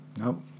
Nope